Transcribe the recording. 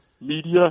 Media